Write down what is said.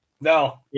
No